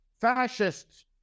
Fascists